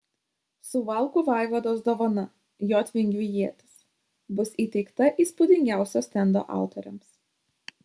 suvalkų vaivados dovana jotvingių ietis bus įteikta įspūdingiausio stendo autoriams